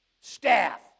staff